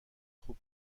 خوب